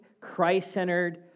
Christ-centered